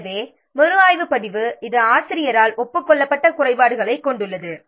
எனவே மறுஆய்வு பதிவு இது ஆசிரியரால் ஒப்புக் கொள்ளப்பட்ட குறைபாடுகளைக் கொண்டுள்ளது